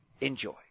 Enjoy